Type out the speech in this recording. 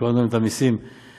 שהורדנו להם את המיסים ל-25%,